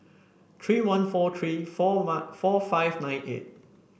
three one four three four one four five nine eight